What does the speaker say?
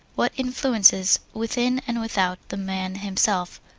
what influences, within and without the man himself,